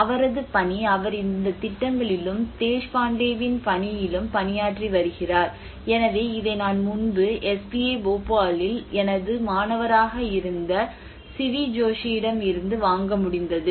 அவரது பணி அவர் இந்த திட்டங்களிலும் தேஷ்பாண்டேவின் பணியிலும் பணியாற்றி வருகிறார் எனவே இதை நான் முன்பு SPA போபாலில் எனது மாணவராக இருந்த சிவி ஜோஷியிடமிருந்து வாங்க முடிந்தது